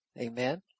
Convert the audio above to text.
Amen